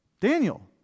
Daniel